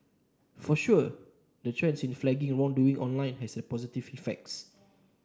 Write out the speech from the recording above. for sure the trend in flagging wrongdoing online has had positive effects